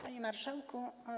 Panie Marszałku!